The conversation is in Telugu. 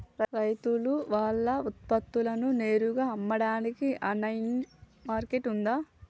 రైతులు వాళ్ల ఉత్పత్తులను నేరుగా అమ్మడానికి ఆన్లైన్ మార్కెట్ ఉందా?